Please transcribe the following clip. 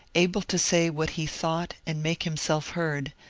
able to say what he thought and make himself heard,